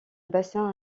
bassin